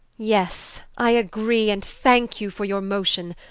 yes, i agree, and thanke you for your motion.